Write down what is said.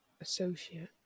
Associate